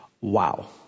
Wow